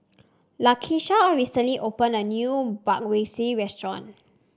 Lakisha recently opened a new Bratwurst Restaurant